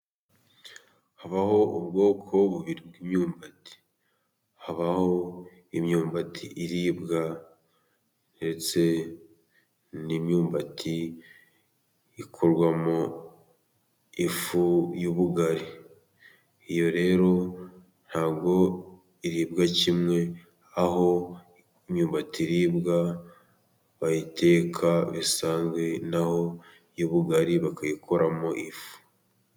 Habaho ubwoko bubiri bw'imyumbati. Habaho imyumbati iribwa ndetse n'imyumbati ikorwamo ifu y'ubugari. Iyo rero ntabwo iribwa kimwe, aho imyubati iribwa bayiteka bisanzwe naho iy' ubugari bakayikoramo ifu.